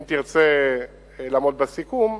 אם תרצה לעמוד בסיכום,